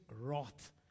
wrath